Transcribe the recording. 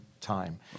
time